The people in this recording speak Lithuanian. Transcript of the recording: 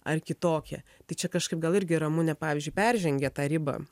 ar kitokie tai čia kažkaip gal irgi ramunė pavyzdžiui peržengė tą ribą